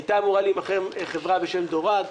הייתה אמורה להיבחר חברה בשם "דורג",